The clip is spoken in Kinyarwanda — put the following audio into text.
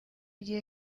gihe